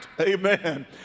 Amen